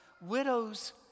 Widows